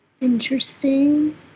interesting